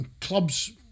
clubs